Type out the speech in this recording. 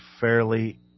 fairly